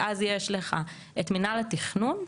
ואז יש לך את מינהל התכנון,